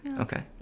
Okay